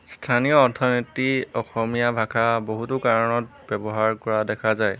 স্থানীয় অৰ্থনীতি অসমীয়া ভাষা বহুতো কাৰণত ব্যৱহাৰ কৰা দেখা যায়